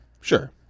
Sure